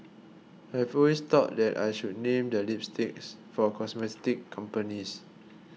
I've always thought that I should name the lipsticks for cosmetic companies